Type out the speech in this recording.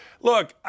Look